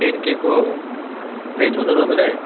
ten केको रेन्जमा चाहिँ तपाईँलाई